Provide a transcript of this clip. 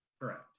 Correct